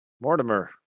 Mortimer